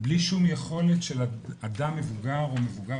בלי שום יכולת של אדם מבודר או מבוגר